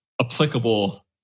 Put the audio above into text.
applicable